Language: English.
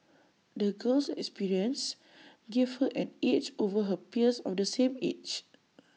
the girl's experiences gave her an edge over her peers of the same age